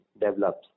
develops